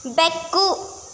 ಬೆಕ್ಕು